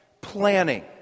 Planning